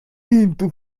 into